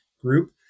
group